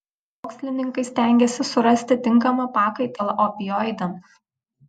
mokslininkai stengiasi surasti tinkamą pakaitalą opioidams